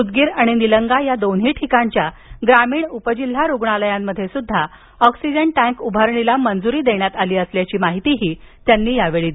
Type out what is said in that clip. उदगीर आणि निलंगा या दोन्ही ठिकाणच्या ग्रामीण उपजिल्हा रुग्णालयात सुध्दा ऑक्सीजन टँक उभारणीला मंजुरी देण्यात आली असल्याचं त्यांनी सांगितलं